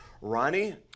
Ronnie